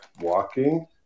walking